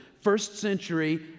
first-century